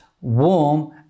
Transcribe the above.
warm